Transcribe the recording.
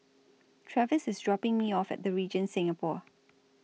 Travis IS dropping Me off At The Regent Singapore